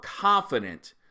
confident